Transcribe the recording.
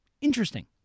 Interesting